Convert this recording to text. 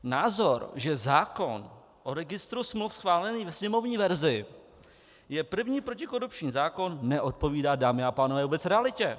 Názor, že zákon o registru smluv schválený ve sněmovní verzi je první protikorupční zákon, neodpovídá, dámy a pánové, vůbec realitě.